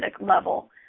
level